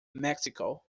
mexico